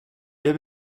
der